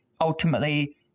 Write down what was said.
ultimately